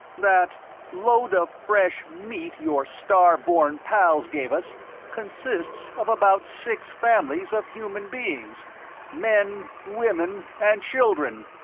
that load of fresh meat your star-born pals gave us consists of about six families of human beings men, women, and children.